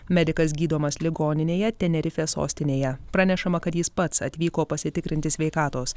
medikas gydomas ligoninėje tenerifės sostinėje pranešama kad jis pats atvyko pasitikrinti sveikatos